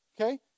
okay